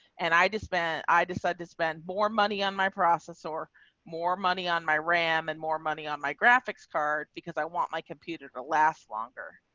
and i just spent, i decided to spend more money on my process or more money on my ram and more money on my graphics card because i want my computer to last longer.